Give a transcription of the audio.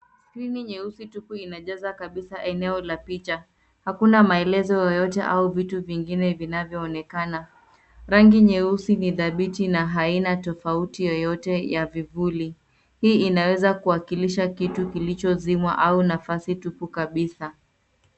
Skrini nyeusi tupu inajaza kabisa eneo la picha. Hakuna maelezo yoyote ama vitu vingine vinavyoonekana. Rangi nyeusi ni dhabiti na haina tofauti yoyote ya vivuli. Hii inaweza kuwakilisha kitu kilichozimwa au nafasi tupu kabisa.